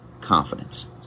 confidence